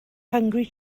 hungry